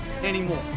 anymore